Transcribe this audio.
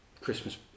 Christmas